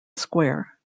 square